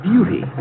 Beauty